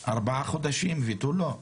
4 חודשים ותו לא.